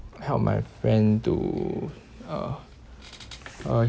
help my friend to uh uh